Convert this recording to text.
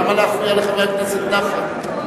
למה להפריע לחבר הכנסת נפאע?